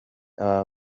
aba